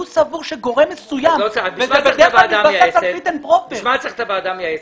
הוא סבור שגורם מסוים --- לשם מה צריך את הוועדה המייעצת?